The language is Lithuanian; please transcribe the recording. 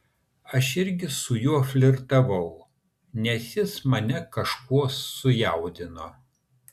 aš irgi su juo flirtavau nes jis mane kažkuo sujaudino